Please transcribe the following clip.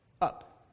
up